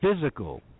physical